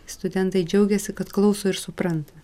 studentai džiaugiasi kad klauso ir supranta